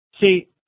See